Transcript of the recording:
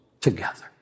together